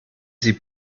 sie